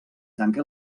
tanque